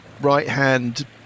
right-hand